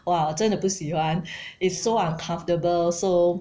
!wah! 我真的不喜欢 it's so uncomfortable so